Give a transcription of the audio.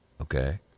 okay